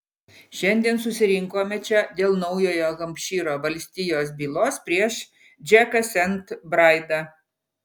šiandien susirinkome čia dėl naujojo hampšyro valstijos bylos prieš džeką sent braidą